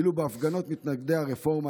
ואילו בהפגנות מתנגדי הרפורמה,